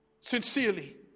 sincerely